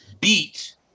beat